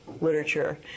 literature